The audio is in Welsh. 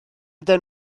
gyda